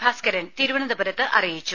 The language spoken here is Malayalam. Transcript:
ഭാസ്കരൻ തിരുവനന്തപുരത്ത് അറിയിച്ചു